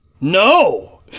No